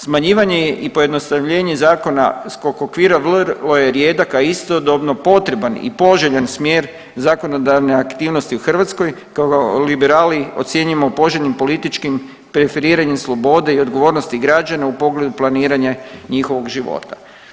Smanjivanje i pojednostavljenje zakonskog okvira vrlo je rijedak, a istodobno potreban i poželjan smjer zakonodavne aktivnosti u Hrvatskoj, kao liberali ocjenjujemo poželjnim političkim preferiranjem slobode i odgovornosti građana u pogledu planiranja njihovog života.